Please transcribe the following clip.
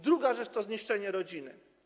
Druga rzecz to zniszczenie rodziny.